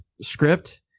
script